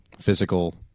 physical